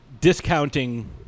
discounting